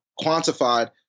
quantified